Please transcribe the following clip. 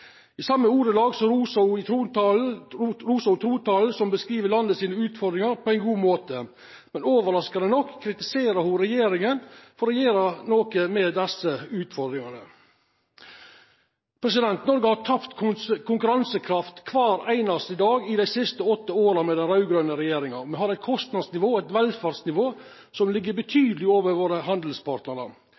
I same ordelag rosa ho trontalen, som beskriv landet sine utfordringar på ein god måte, men overraskande nok kritiserer ho regjeringa for å gjera noko med desse utfordringane. Noreg har tapt konkurransekraft kvar einaste dag dei siste åtte åra med den raud-grøne regjeringa. Me har eit kostnadsnivå og eit velferdsnivå som ligg betydeleg over våre handelspartnarar.